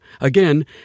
Again